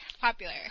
Popular